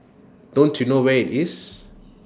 don't you know where IT is